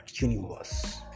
universe